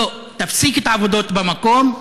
לא, תפסיק את העבודות במקום.